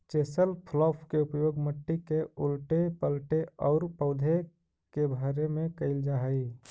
chisel plough के उपयोग मट्टी के उलऽटे पलऽटे औउर पौधा के भरे में कईल जा हई